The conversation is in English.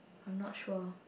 I'm not sure